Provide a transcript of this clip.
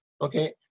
Okay